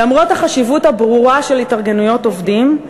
למרות החשיבות הברורה של התארגנויות עובדים,